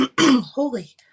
holy